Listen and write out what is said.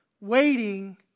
waiting